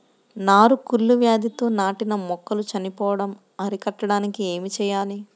నారు కుళ్ళు వ్యాధితో నాటిన మొక్కలు చనిపోవడం అరికట్టడానికి ఏమి చేయాలి?